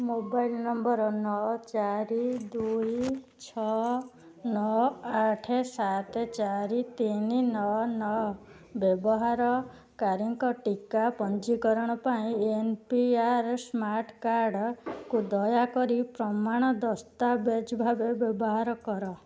mobile number ନଅ ଚାରି ଦୁଇ ଛଅ ନଅ ଆଠ ସାତ ଚାରି ତିନି ନଅ ନଅ ବ୍ୟବହାରକାରୀଙ୍କ ଟିକା ପଞ୍ଜୀକରଣ ପାଇଁ N P R smart card କୁ ଦୟାକରି ପ୍ରମାଣ ଦସ୍ତାବେଜ ଭାବେ ବ୍ୟବହାର କର